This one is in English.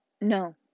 No